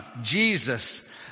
Jesus